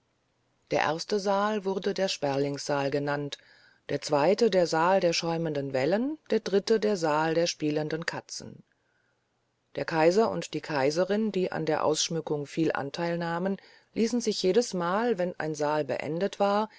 der erste saal wurde der sperlingssaal genannt der zweite der saal der schäumenden wellen der dritte der saal der spielenden katzen der kaiser und die kaiserin die an der ausschmückung viel anteil nahmen ließen sich jedesmal wenn ein saal beendet war